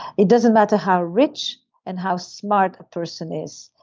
it doesn't matter how rich and how smart a person is,